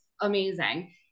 Amazing